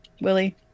Willie